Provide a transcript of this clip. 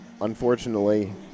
unfortunately